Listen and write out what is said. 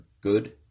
good